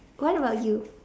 what about you